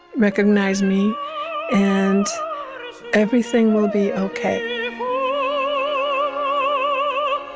recognized me and everything will be ok oh